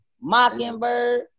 Mockingbird